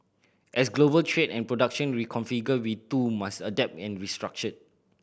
as global trade and production reconfigure we too must adapt and restructure